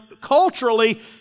Culturally